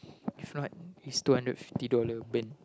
if not it's two hundred fifty dollars burned